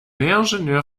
ingénieur